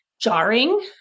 jarring